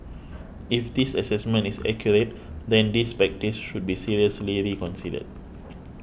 if this assessment is accurate then this practice should be seriously reconsidered